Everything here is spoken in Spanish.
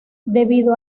debido